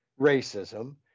racism